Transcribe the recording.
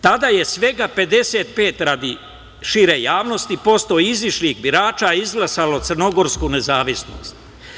Tada je svega 55%, radi šire javnosti, izašlih birača izglasalo crnogorsku nezavisnost.